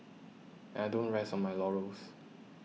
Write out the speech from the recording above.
and I don't rest on my laurels